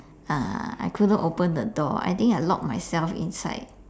uh I couldn't open the door I think I locked myself inside